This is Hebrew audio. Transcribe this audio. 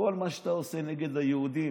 כל מה שאתה עושה נגד היהודים,